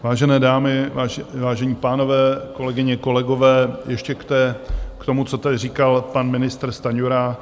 Vážené dámy, vážení pánové, kolegyně, kolegové, ještě k tomu, co tady říkal pan ministr Stanjura.